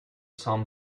some